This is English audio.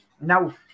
Now